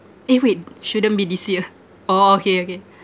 eh wait shouldn't be this year oh okay okay